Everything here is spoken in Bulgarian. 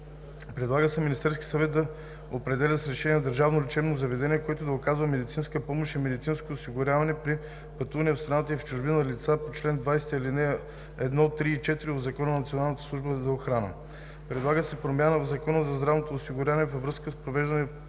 Предлага се Министерският съвет да определи е решение държавно лечебно заведение, което да оказва медицинска помощ и медицинско осигуряване при пътувания в страната и в чужбина на лицата по чл. 20, ал. 1, 3 и 4 от Закона за Националната служба за охрана. Предлага се промяна в Закона за здравното осигуряване във връзка с провеждания